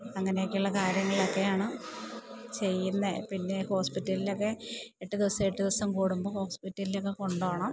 അങ്ങനെ ഒക്കെയുള്ള കാര്യങ്ങളക്കെയാണ് ചെയ്യുന്നത് പിന്നെ ഹോസ്പിറ്റലിൽ ഒക്കെ എട്ട് ദിവസം എട്ട് ദിവസം കൂടുമ്പോൾ ഹോസ്പിറ്റലിൽ ഒക്കെ കൊണ്ടുപോകണം കൊണ്ടുപോകണം